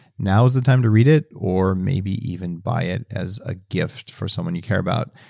now is the time to read it or maybe even buy it as a gift for someone you care about.